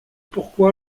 pourquoi